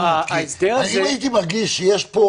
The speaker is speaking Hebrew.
ההסדר הזה --- אם הייתי מרגיש שיש פה